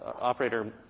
operator